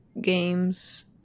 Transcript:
games